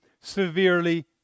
severely